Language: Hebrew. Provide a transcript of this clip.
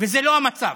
זה לא המצב.